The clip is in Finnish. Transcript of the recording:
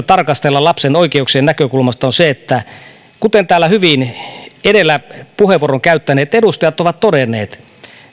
tarkastella lapsen oikeuksien näkökulmasta on se että kuten täällä hyvin edellä puheenvuoron käyttäneet edustajat ovat todenneet